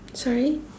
sorry